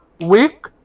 weak